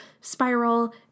spiral